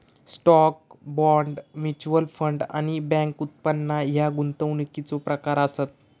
stock, bond, mutual fund आणि bank उत्पादना ह्या गुंतवणुकीचो प्रकार आसत